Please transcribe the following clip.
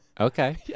okay